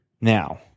Now